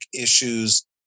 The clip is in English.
issues